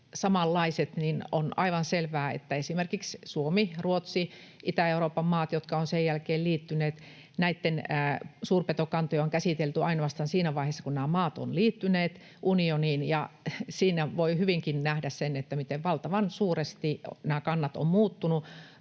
on aivan selvää, että esimerkiksi Suomen, Ruotsin, Itä-Euroopan maiden, jotka ovat sen jälkeen liittyneet, suurpetokantoja on käsitelty ainoastaan siinä vaiheessa, kun nämä maat ovat liittyneet unioniin. Siinä voi hyvinkin nähdä sen, miten valtavan suuresti nämä kannat ovat muuttuneet.